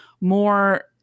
more –